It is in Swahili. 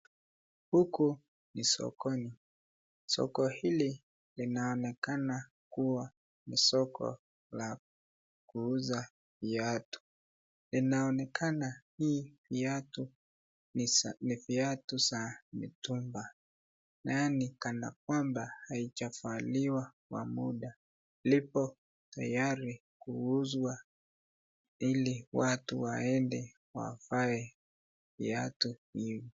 Huku ni sokoni, soko hili inaonekana kuwa ni soko la kuuza viatu inaonekana hii viatu ni viatu za mtumba nayo ni kana kwamba haijavaliwa kwa muda lipo tayari kuuzwa hili watu waende wavae viatu hii.